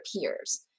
peers